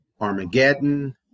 Armageddon